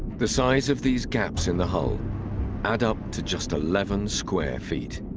the size of these gaps in the hull add up to just eleven square feet.